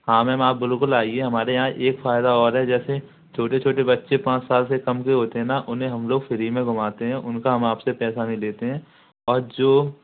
हाँ मैम आप बिलकुल आइए हमारे यहाँ एक फायदा और है जैसे छोटे छोटे बच्चे पाँच साल से कम के होते हैं न उन्हें हम लोग फ्री में घुमाते हैं उनका हम आपसे पैसा नहीं लेते हैं और जो